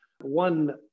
one